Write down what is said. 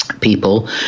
people